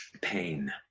pain